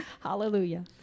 Hallelujah